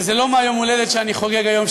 וזה לא מיום-ההולדת שאני חוגג היום,